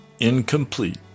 incomplete